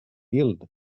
filled